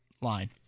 line